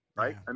right